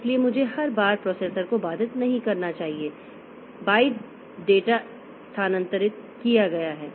इसलिए मुझे हर बार प्रोसेसर को बाधित नहीं करना चाहिए 1 बाइट डेटा स्थानांतरित किया गया है